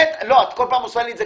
כל פעם את עושה לי את זה.